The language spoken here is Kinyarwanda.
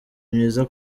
myiza